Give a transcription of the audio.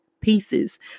pieces